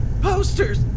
Posters